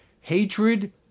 Hatred